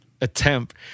attempt